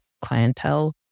clientele